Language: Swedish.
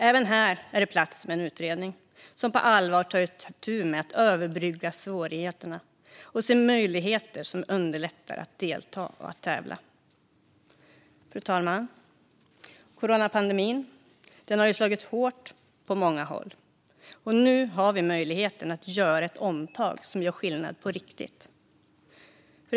Även här är det på sin plats med en utredning som på allvar tar itu med att överbrygga svårigheterna och att se möjligheter som underlättar att delta och tävla. Fru talman! Coronapandemin har slagit hårt på många håll. Nu har vi möjligheten att göra ett omtag som gör skillnad på riktigt.